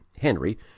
henry